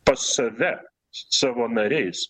pas save savo nariais